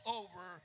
over